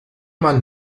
man